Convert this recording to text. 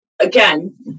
again